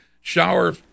shower